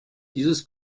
dieses